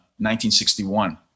1961